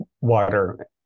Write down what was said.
water